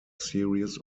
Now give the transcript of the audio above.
series